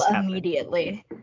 immediately